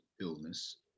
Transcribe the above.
illness